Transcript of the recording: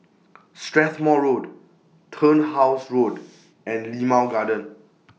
Strathmore Road Turnhouse Road and Limau Garden